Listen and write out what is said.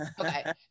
Okay